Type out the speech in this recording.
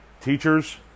Teachers